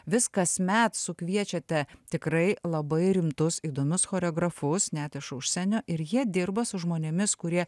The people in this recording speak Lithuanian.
vis kasmet sukviečiate tikrai labai rimtus įdomius choreografus net iš užsienio ir jie dirba su žmonėmis kurie